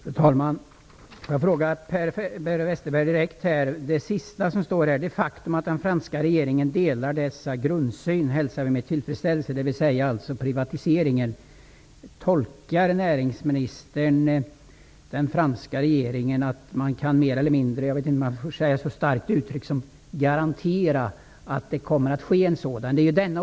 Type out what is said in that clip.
Fru talman! Låt mig fråga Per Westerberg en sak direkt. Sist i svaret står det: ''Det faktum att den franska regeringen delar denna grundsyn hälsar vi med tillfredsställelse.'' Det gäller alltså privatiseringen. Tolkar näringsministern den franska regeringen så att han mer eller mindre kan garantera -- jag vet inte om jag törs använda ett så starkt uttryck -- att det kommer att ske en sådan?